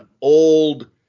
old